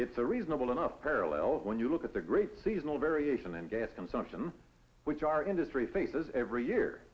it's a reasonable enough parallel when you look at the great seasonal variation in gas consumption which our industry faces every year